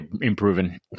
improving